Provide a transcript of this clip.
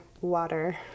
water